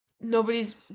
nobody's